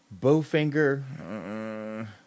Bowfinger